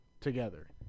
together